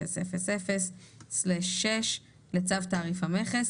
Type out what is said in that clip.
93.05.990000/6 לצו תעריף המכס,